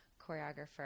choreographer